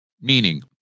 meaning